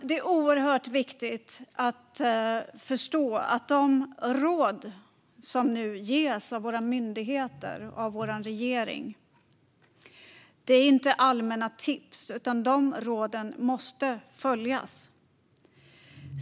Det är oerhört viktigt att förstå att de råd som nu ges av våra myndigheter och av vår regering inte är allmänna tips. De råden måste följas.